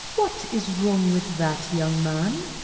what is wrong with that, young man?